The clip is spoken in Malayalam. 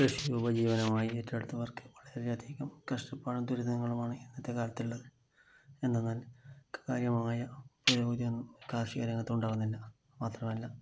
കൃഷി ഉപജീവനമായി ഏറ്റെടുത്തവർക്ക് വളരെ അധികം കഷ്ടപ്പാടും ദുരിതങ്ങളുമാണ് ഇന്നത്തെ കാലത്തുള്ളത് എന്തെന്നാൽ കാര്യമായ പുരോഗതിയൊന്നും കാർഷികരംഗത്ത് ഉണ്ടാവുന്നില്ല മാത്രമല്ല